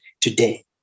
today